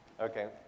Okay